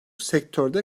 sektörde